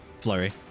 Flurry